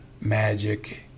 magic